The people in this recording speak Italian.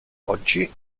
oggi